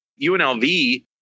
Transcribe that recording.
UNLV